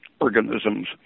organisms